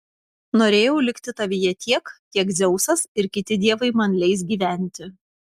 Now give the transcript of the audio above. norėjau likti tavyje tiek kiek dzeusas ir kiti dievai man leis gyventi